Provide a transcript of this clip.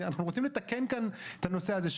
אנחנו רוצים לתקן כאן את הנושא הזה,